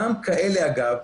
אגב,